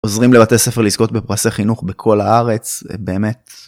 עוזרים לבתי ספר לזכות בפרסי החינוך בכל הארץ, באמת.